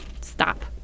stop